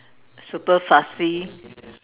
super fussy